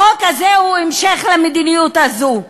החוק הזה הוא המשך למדיניות הזאת,